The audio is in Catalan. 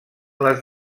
les